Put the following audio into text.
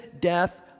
death